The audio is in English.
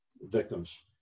victims